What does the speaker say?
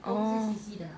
oh